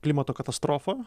klimato katastrofą